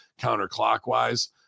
counterclockwise